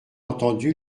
entendu